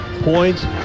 points